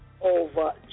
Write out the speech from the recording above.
over